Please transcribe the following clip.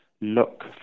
look